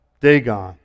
Dagon